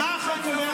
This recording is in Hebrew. מה החוק אומר?